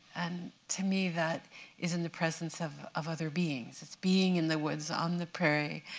and to me that is in the presence of of other beings. it's being in the woods, on the prairie,